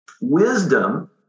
Wisdom